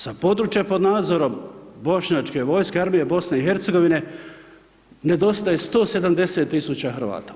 Sa područja pod nadzorom bošnjačke vojske, armija BiH-a nedostaje 170 000 Hrvata.